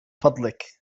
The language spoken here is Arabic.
فضلك